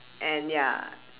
and ya